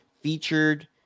featured